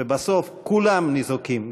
ובסוף כולם ניזוקים,